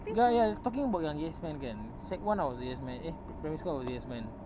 ya ya talking about yang yes man kan sec one I was a yes man eh pri~ primary school I was a yes man